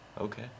Okay